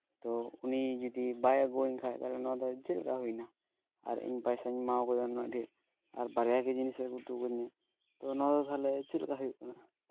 ᱛᱚ ᱩᱱᱤ ᱡᱩᱫᱤ ᱵᱟᱭ ᱟᱹᱜᱩᱣᱟᱹᱧ ᱠᱷᱟᱱ ᱛᱟᱞᱦᱮ ᱱᱚᱣᱟ ᱫᱚ ᱪᱮᱫᱞᱮᱠᱟ ᱦᱩᱭᱱᱟ ᱟᱨ ᱤᱧ ᱯᱚᱭᱥᱟᱧ ᱮᱢᱟᱣ ᱠᱟᱫᱟ ᱩᱱᱟᱹᱜ ᱰᱷᱮᱨ ᱟᱨ ᱵᱟᱨᱭᱟᱜᱮ ᱡᱤᱱᱤᱥᱮ ᱟᱹᱜᱩ ᱦᱚᱴᱚᱣᱟᱠᱟᱫᱤᱧᱟᱹ ᱛᱚ ᱚᱱᱟ ᱫᱚ ᱛᱟᱦᱞᱮ ᱪᱮᱫᱞᱮᱠᱟ ᱦᱩᱭᱩᱜ ᱠᱟᱱᱟ